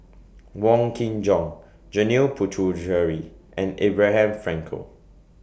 Wong Kin Jong Janil Puthucheary and Abraham Frankel